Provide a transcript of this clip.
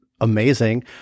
amazing